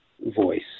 voice